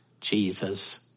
Jesus